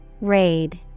Raid